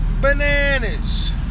Bananas